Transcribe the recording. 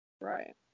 Right